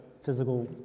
physical